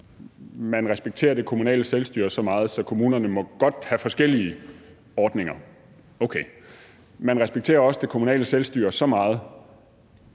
man respekterer det kommunale selvstyre så meget, at kommunerne godt må have forskellige ordninger. Okay. Man respekterer også det kommunale selvstyre så meget,